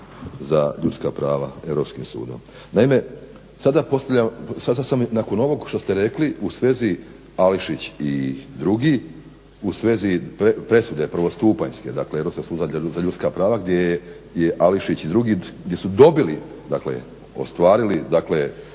za ljudska prava, Europskim sudom. Naime, sada postavljam, nakon ovog što ste rekli u svezi Ališić i drugi, u svezi presude prvostupanjske, dakle Europskom sudu za ljudska prava gdje je Ališić i drugi, gdje su dobili, dakle ostvarili